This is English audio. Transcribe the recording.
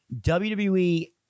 WWE